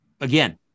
again